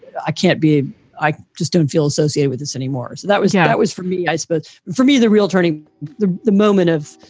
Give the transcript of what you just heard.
i can't be i just don't feel associated with this anymore. so that was. yeah, that was for me. i suppose for me, the real turning the the moment of,